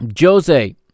Jose